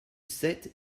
sept